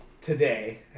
today